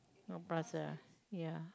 no ya